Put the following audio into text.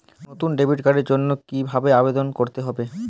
নতুন ডেবিট কার্ডের জন্য কীভাবে আবেদন করতে হবে?